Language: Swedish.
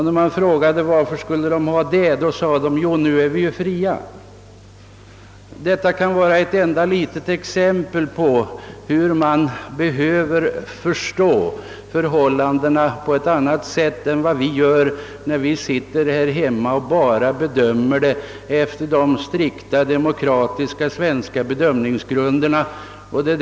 När vi frågade varför de skulle ha det svarade de: »Jo, nu är vi ju fria.» Vi behöver verkligen sätta oss in i u-ländernas förhållanden på ett annat sätt än vi kan göra när vi här hemma bedömer dem efter strikt demokratiska svenska grunder.